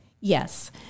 Yes